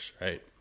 right